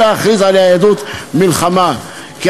אתה מדבר על גבר רפורמי או